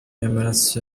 y’amaraso